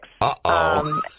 Uh-oh